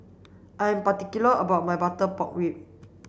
I'm particular about my butter pork ribs